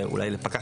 ואולי לפקח,